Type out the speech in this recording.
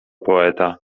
poeta